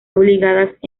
obligadas